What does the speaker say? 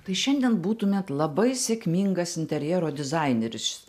tai šiandien būtumėt labai sėkmingas interjero dizaineris